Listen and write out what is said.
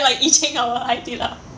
like eating our hai di lao